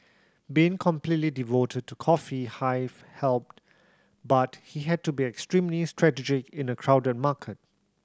being completely devoted to Coffee Hive helped but he had to be extremely strategic in a crowded market